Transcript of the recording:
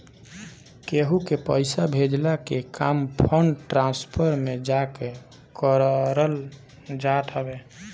केहू के पईसा भेजला के काम फंड ट्रांसफर में जाके करल जात हवे